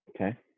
Okay